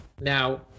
Now